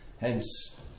Hence